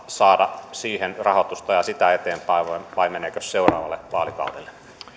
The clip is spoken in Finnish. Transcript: saada siihen rahoitusta ja sitä eteenpäin vai meneekö se seuraavalle vaalikaudelle